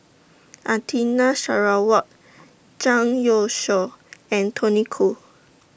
Sarawak Zhang Youshuo and Tony Khoo